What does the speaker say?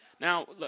Now